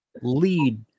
lead